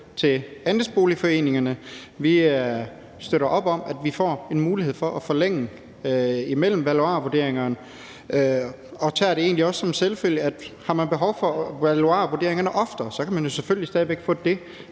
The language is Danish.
til andelsboligforeningerne. Danmarksdemokraterne støtter op om, at de får en mulighed for at forlænge mellem valuarvurderingerne, og vi tager det egentlig også som en selvfølge, at hvis man har behov for valuarvurderingerne oftere, kan man jo selvfølgelig stadig væk få det.